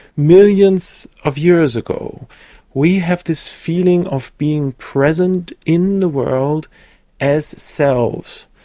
millions of years ago we have this feeling of being present in the world as selves,